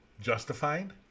justified